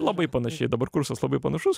labai panašiai dabar kursas labai panašus